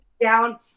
down